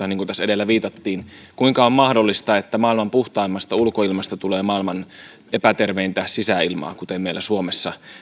niin kuin tässä edellä viitattiin kuinka on mahdollista että maailman puhtaimmasta ulkoilmasta tulee maailman epäterveintä sisäilmaa kuten meillä suomessa